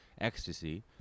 ecstasy